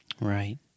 Right